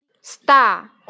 Star